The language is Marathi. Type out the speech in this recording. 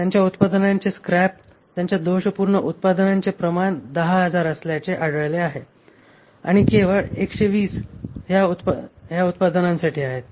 त्यांच्या उत्पादनांचे स्क्रॅप त्यांच्या दोषपूर्ण उत्पादनांचे प्रमाण 10000 असल्याचे आढळले आहे आणि केवळ 120 या उत्पादनासाठी आहेत